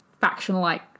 faction-like